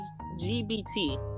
GBT